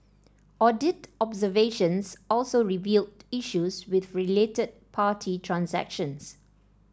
audit observations also revealed issues with related party transactions